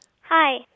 Hi